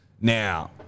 Now